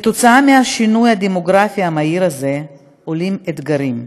עקב השינוי הדמוגרפי המהיר הזה עולים אתגרים,